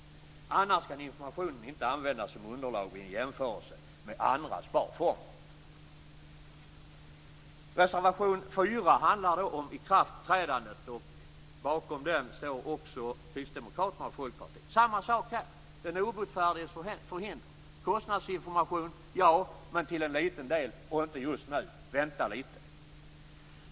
Annars kan informationen inte användas som underlag vid en jämförelse med andra sparformer. Reservation 4 handlar om ikraftträdandet. Bakom den står också Kristdemokraterna och Folkpartiet. Det är samma sak här. Det handlar om den obotfärdiges förhinder. Det skall vara kostnadsinformation men bara när det gäller en liten del och inte just nu. Man skall vänta lite.